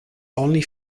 only